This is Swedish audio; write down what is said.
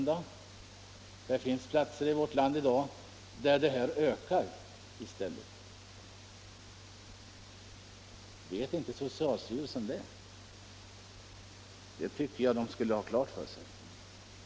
Det finns platser i vårt land där detta missbruk i stället ökar. Vet inte socialstyrelsen det? Det tycker jag att den borde ha klart för sig.